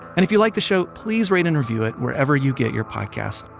and if you like the show, please rate and review it wherever you get your podcasts.